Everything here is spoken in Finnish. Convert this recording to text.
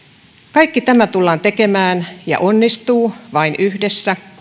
kaikki tämä tullaan tekemään ja onnistuu vain yhdessä